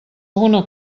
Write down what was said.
alguna